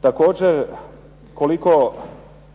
Također koliko